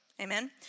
amen